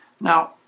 Now